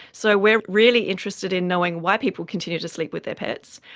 so we're really interested in knowing why people continue to sleep with their pets,